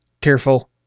tearful